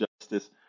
justice